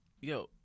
yo